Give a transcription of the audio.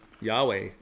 Yahweh